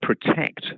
protect